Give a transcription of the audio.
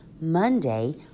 Monday